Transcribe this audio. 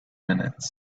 minutes